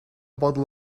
bottle